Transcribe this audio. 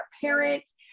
parents